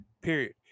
period